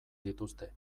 dituzte